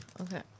Okay